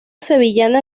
sevillana